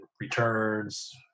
Returns